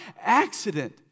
accident